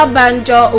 Banjo